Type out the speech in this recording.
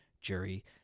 jury